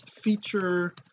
feature